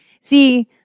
See